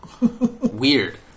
Weird